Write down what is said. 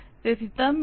તેથી તમે એ